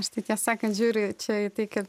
aš tai tiesą sakant žiūriu čia į tai kiek